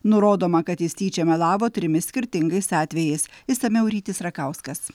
nurodoma kad jis tyčia melavo trimis skirtingais atvejais išsamiau rytis rakauskas